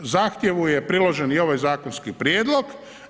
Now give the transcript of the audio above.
Zahtjevu je priložen i ovaj zakonski prijedlog.